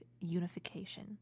unification